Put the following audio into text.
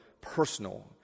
personal